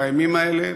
בימים האלה,